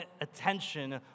attention